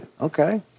Okay